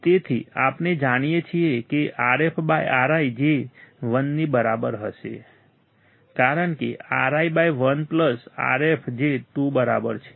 તેથી આપણે જાણીએ છીએ કે RfRi જે 1 ની બરાબર હશે કારણ કે Ri બાય 1 પ્લસ Rf જે 2 બરાબર છે